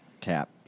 tap